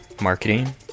marketing